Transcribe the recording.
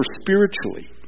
spiritually